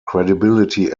credibility